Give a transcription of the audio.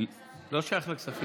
זה לא שייך לכספים.